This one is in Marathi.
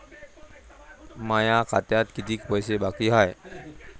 माया खात्यात कितीक पैसे बाकी हाय?